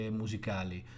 musicali